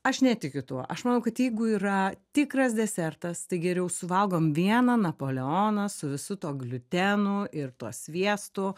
aš netikiu tuo aš manau kad jeigu yra tikras desertas tai geriau suvalgom vieną napoleoną su visu tuo gliutenu ir tuo sviestu